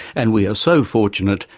and we are so fortunate,